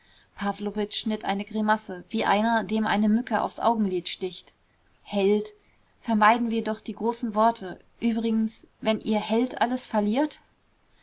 pawlowitsch schnitt eine grimasse wie einer dem eine mücke aufs augenlid sticht held vermeiden wir doch die großen worte übrigens wenn ihr held alles verliert